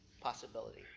possibility